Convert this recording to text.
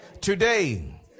Today